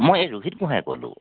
মই ৰোহিত গোঁহায়ে ক'লোঁ